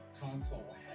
console